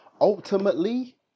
ultimately